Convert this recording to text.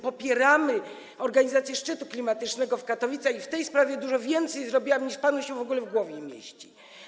Popieramy organizację szczytu klimatycznego w Katowicach i w tej sprawie dużo więcej zrobiłam, niż panu się w ogóle w głowie mieści.